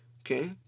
Okay